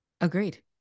Agreed